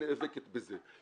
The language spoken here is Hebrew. היא נאבקת בזה.